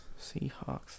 Seahawks